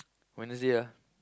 Wednesday ah